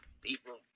People